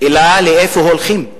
אלא לאיפה הולכים.